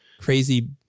crazy